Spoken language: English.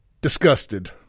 disgusted